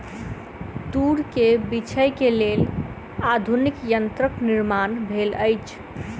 तूर के बीछै के लेल आधुनिक यंत्रक निर्माण भेल अछि